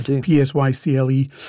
P-S-Y-C-L-E